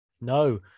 no